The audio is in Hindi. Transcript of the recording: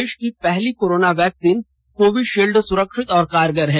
देश की पहली कोरोना वैक्सीन कोविशील्ड सुरक्षित और कारगर है